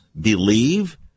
believe